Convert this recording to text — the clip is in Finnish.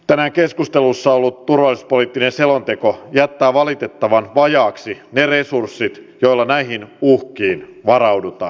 tänään keskustelussa ollut turvallisuuspoliittinen selonteko jättää valitettavan vajaiksi ne resurssit joilla näihin uhkiin varaudutaan